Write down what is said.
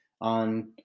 on